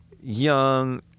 young